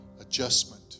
adjustment